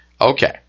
Okay